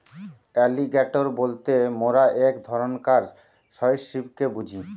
alligator বলতে মোরা এক ধরণকার সরীসৃপকে বুঝি